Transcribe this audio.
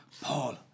Paul